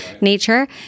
nature